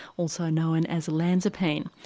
also known as olanzapine.